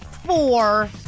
Four